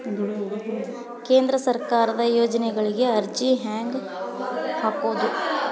ಕೇಂದ್ರ ಸರ್ಕಾರದ ಯೋಜನೆಗಳಿಗೆ ಅರ್ಜಿ ಹೆಂಗೆ ಹಾಕೋದು?